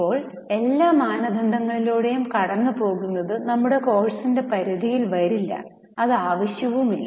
ഇപ്പോൾ എല്ലാ മാനദണ്ഡങ്ങളിലൂടെയും കടന്നുപോകുന്നത് കോഴ്സിന്റെ പരിധിയിൽ വരില്ല അത് ആവശ്യമില്ല